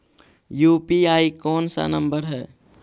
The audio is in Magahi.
यु.पी.आई कोन सा नम्बर हैं?